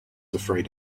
afraid